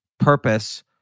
purpose